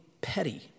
petty